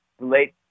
late